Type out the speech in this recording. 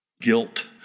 guilt